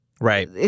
Right